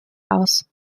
aus